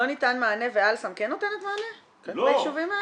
לא ניתן מענה ו"אל סם" כן נותנת מענה ליישובים האלה?